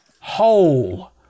Whole